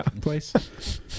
place